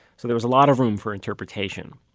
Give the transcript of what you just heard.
so there was a lot of room for interpretation